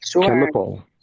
chemical